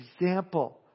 example